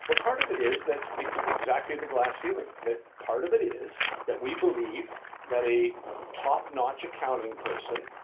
well, part of it is that exactly the glass ceiling, that part of it is that we believe that a top notch accounting person,